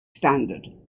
standard